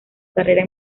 carrera